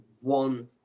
one